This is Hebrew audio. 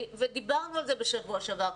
דיברנו על זה בשבוע שעבר.